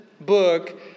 book